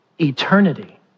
eternity